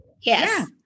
Yes